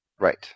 Right